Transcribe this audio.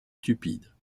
stupide